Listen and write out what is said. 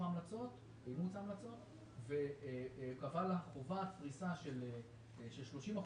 ההמלצות והוא קבע לה חובת פריסה של 30%,